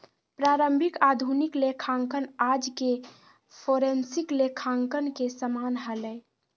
प्रारंभिक आधुनिक लेखांकन आज के फोरेंसिक लेखांकन के समान हलय